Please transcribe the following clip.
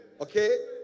Okay